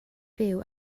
fyw